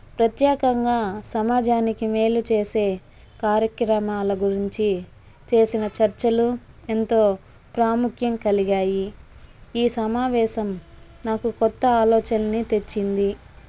ప్రత్యేకంగా సమాజానికి మేలు చేసే కార్యక్రమాల గురించి చేసిన చర్చలు ఎంతో ప్రాముఖ్యం కలిగాయి ఈ సమావేశం నాకు కొత్త ఆలోచనల్ని తెచ్చింది